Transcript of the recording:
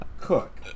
cook